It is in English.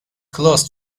closed